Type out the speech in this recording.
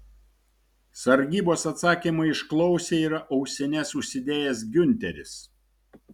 sargybos atsakymą išklausė ir ausines užsidėjęs giunteris